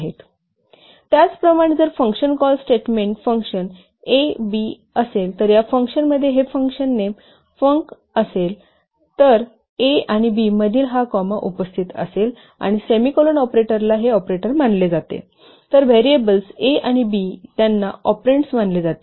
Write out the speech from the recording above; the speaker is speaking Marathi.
ab त्याचप्रमाणे जर function call statement function 'A 'B' असेल तर या फंक्शनमधे हे फंक्शन नेम फंक असेल तर 'A'आणि 'B' मधील हा कॉमा उपस्थित असेल आणि सेमीकोलन ऑपरेटरला हे ऑपरेटर मानले जातील तर व्हेरिएबल्स 'A' आणि 'B' त्यांना ऑपरेंड्स मानले जाते